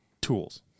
tools